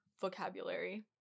vocabulary